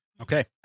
Okay